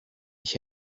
ich